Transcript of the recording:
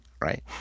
right